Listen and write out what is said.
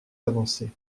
avancé